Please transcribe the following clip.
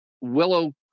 willow